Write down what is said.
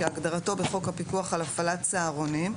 כהגדרתו בחוק הפיקוח על הפעלת צהרונים,